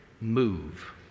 move